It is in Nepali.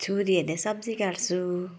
छुरीहरूले सब्जी काट्छु